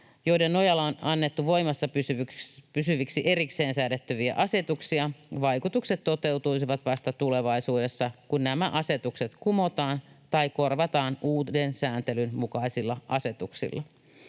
joiden nojalla on annettu voimassa pysyviksi erikseen säädettäviä asetuksia, vaikutukset toteutuisivat vasta tulevaisuudessa, kun nämä asetukset kumotaan tai korvataan uuden sääntelyn mukaisilla asetuksilla.